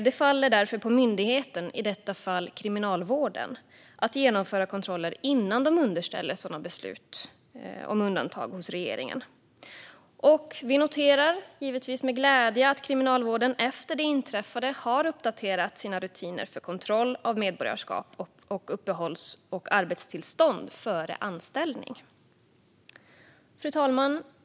Det faller därför på myndigheten, i detta fall Kriminalvården, att genomföra kontroller innan de underställer regeringen sådana beslut om undantag. Vi noterar, givetvis med glädje, att Kriminalvården efter det inträffade har uppdaterat sina rutiner för kontroll av medborgarskap och uppehålls och arbetstillstånd före anställning. Fru talman!